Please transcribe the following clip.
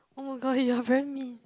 oh my god you are very mean